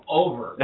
over